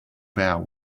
vow